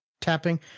Tapping